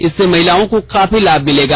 इससे महिलाओं को काफी लाभ मिलेगा